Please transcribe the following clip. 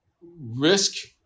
risk